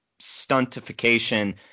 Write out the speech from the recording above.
stuntification